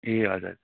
ए हजुर